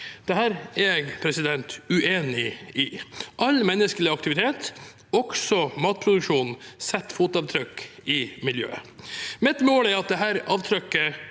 Det er jeg uenig i. All menneskelig aktivitet, også matproduksjon, setter fotavtrykk i miljøet. Mitt mål er at dette avtrykket